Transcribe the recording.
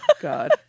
God